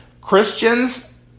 Christians